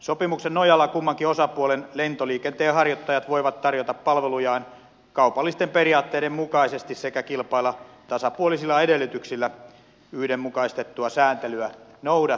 sopimuksen nojalla kummankin osapuolen lentoliikenteenharjoittajat voivat tarjota palvelujaan kaupallisten periaatteiden mukaisesti sekä kilpailla tasapuolisilla edellytyksillä yhdenmukaistettua sääntelyä noudattaen